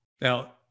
Now